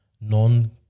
non